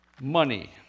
Money